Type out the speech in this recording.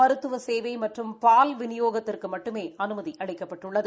மருத்துவ சேவை மற்றும் பால் விநியோகத்திற்கு மட்டுமே அனுமதி அளிக்கப்பட்டுள்ளது